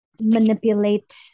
manipulate